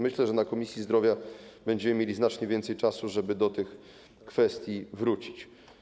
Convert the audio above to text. Myślę, że w Komisji Zdrowia będziemy mieli znacznie więcej czasu, żeby można było do tych kwestii wrócić.